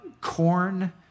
corn